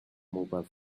mobile